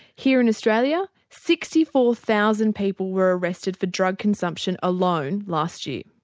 here in australia sixty four thousand people were arrested for drug consumption alone last year.